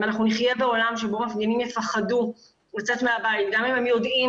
אם אנחנו נחיה בעולם שבו מפגינים יפחדו לצאת מהבית גם אם הם יודעים,